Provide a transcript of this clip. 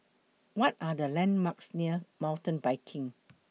What Are The landmarks near Mountain Biking